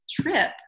trip